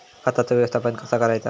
खताचा व्यवस्थापन कसा करायचा?